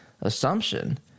assumption